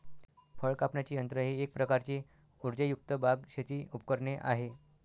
फळ कापण्याचे यंत्र हे एक प्रकारचे उर्जायुक्त बाग, शेती उपकरणे आहे